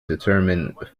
determine